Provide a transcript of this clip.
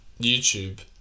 YouTube